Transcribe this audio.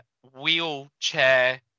wheelchair